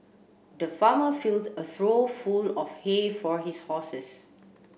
the farmer filled a trough full of hay for his horses